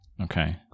Okay